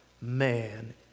man